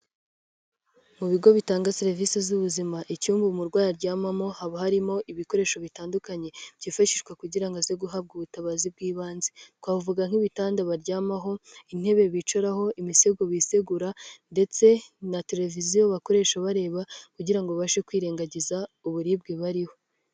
Mu bigo bitanga serivisi z'ubuzima icyumba umurwayi aryamamo haba harimo ibikoresho bitandukanye byifashishwa kugira ngo aze guhabwa ubutabazi bw'ibanze. Twavuga nk'ibitanda baryamaho, intebe bicaraho, imisego bisegura ndetse na televiziyo bakoresha bareba kugira ngo ubashe kwirengagiza uburibwe bariho.